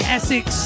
Essex